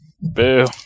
Boo